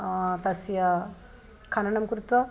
तस्य खननं कृत्वा